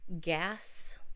Gas